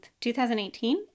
2018